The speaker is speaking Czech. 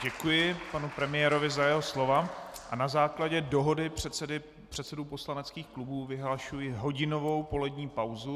Děkuji panu premiérovi za jeho slova a na základě dohody předsedů poslaneckých klubů vyhlašuji hodinovou polední pauzu.